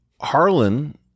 Harlan